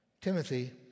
Timothy